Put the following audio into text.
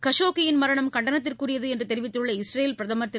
கஷோகியின் மரணம் கண்டனத்திற்குரியது என்று தெரிவித்துள்ள இஸ்ரேல் பிரதமர் திரு